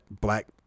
black